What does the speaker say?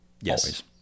Yes